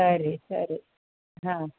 ಸರಿ ಸರಿ ಹಾಂ